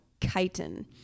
chitin